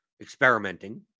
experimenting